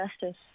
justice